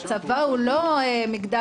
הצבא הוא לא מגדל של גן ילדים.